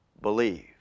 believe